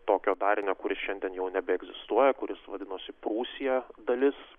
tokio darinio kuris šiandien jau nebeegzistuoja kuris vadinosi prūsija dalis